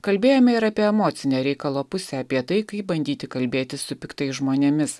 kalbėjome ir apie emocinę reikalo pusę apie tai kaip bandyti kalbėtis su piktais žmonėmis